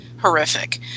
horrific